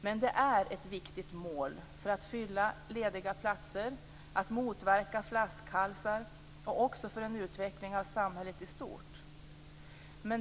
Men detta är ett viktigt mål för att fylla lediga platser och motverka flaskhalsar och för utvecklingen av samhället i stort.